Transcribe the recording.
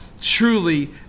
Truly